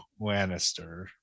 Lannister